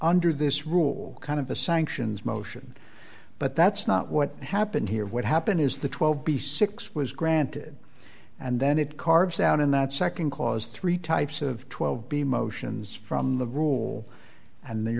under this rule kind of a sanctions motion but that's not what happened here what happened is the twelve b six was granted and then it carves out in that nd clause three types of twelve b motions from the rule and they